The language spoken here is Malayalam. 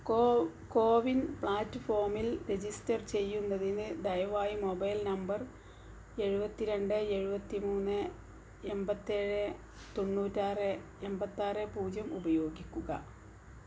കോ കോവിൻ പ്ലാറ്റ്ഫോമിൽ രജിസ്റ്റർ ചെയ്യുന്നതിന് ദയവായി മൊബൈൽ നമ്പർ എഴുപത്തി രണ്ട് എഴുപത്തി മൂന്ന് എൺപത്തേഴ് തൊണ്ണൂറ്റാറ് എൺപത്താറ് പൂജ്യം ഉപയോഗിക്കുക